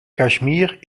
kashmir